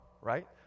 right